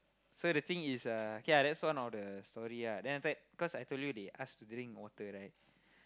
so the thing is uh okay ah that's one of the story ah then after that cause I told you they ask to drink water right